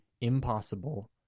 impossible